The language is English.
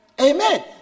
Amen